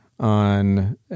on